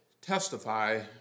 testify